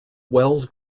wells